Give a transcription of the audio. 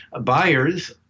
buyers